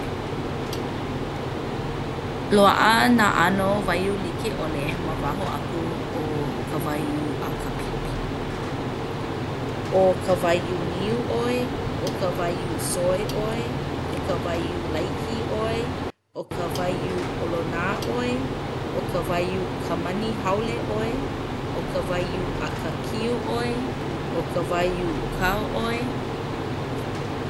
Loaʻa nā ʻano waiū like ʻole ma waho aku o ka waiū a ka pipi. ʻO ka waiū niu ʻoe, ʻo ka waiū soy ʻoe, ʻo ka waiū laiki ʻoe, ʻo ka waiū ʻolonā ʻoe, ʻo ka waiū kamani haole ʻoe, ʻo ka waiū ʻakakiu ʻoe, ʻo ka waiū kao ʻoe.